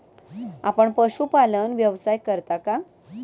आपण पशुपालन व्यवसाय करता का?